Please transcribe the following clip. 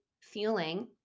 feeling